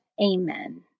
Amen